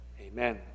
Amen